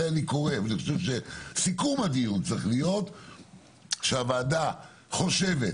אני חושב שסיכום הדיון צריך להיות שהוועדה חושבת